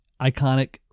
iconic